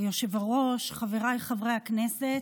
היושב בראש, חבריי חברי הכנסת,